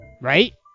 right